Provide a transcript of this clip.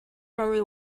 remember